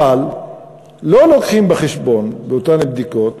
אבל לא לוקחים בחשבון באותן בדיקות,